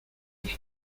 esa